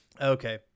Okay